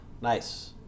Nice